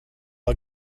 are